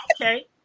okay